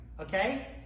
okay